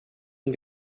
and